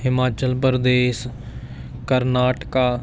Himachal Pradesh Karnataka